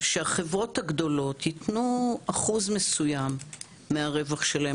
שהחברות הגדולות יתנו אחוז מסוים מהרווח שלהם